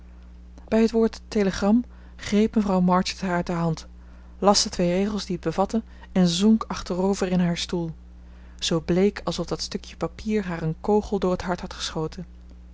bij het woord telegram greep mevrouw march het haar uit de hand las de twee regels die het bevatte en zonk achterover in haar stoel zoo bleek alsof dat stukje papier haar een kogel door het hart had geschoten